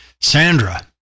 Sandra